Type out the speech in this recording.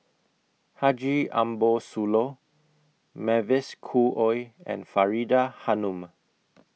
Haji Ambo Sooloh Mavis Khoo Oei and Faridah Hanum